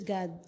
God